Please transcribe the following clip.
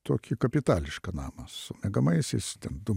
tokį kapitališką namą su miegamaisiais ten du